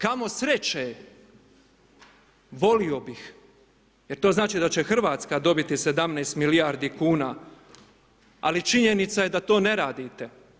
Kamo sreće, volio bih, jer to znači da će Hrvatska dobiti 17 milijardi kn, ali činjenica je da to ne radite.